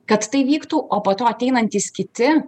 kad tai vyktų o po to ateinantys kiti